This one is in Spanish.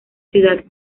ciudad